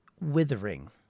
withering